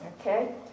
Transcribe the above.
Okay